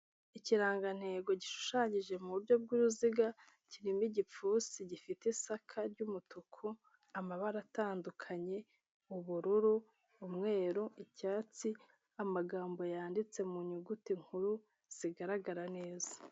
Ikirangantego gishushanyije mu buryo bw'uruziga, kirimo igipfunsi gifite isaka ry'umutuku, amabara atandukanye, ubururu, umweru, icyatsi, amagambo yanditse mu nyuguti nkuru, zigaragara neza.